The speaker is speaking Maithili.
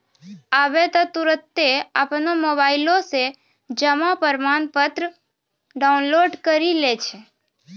आबै त तुरन्ते अपनो मोबाइलो से जमा प्रमाणपत्र डाउनलोड करि लै छै